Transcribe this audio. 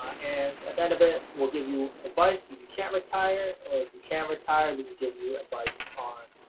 and at the end of it, we'll give you advice if you can't retire, or if you can retire, and we'll give you advice on